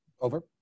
over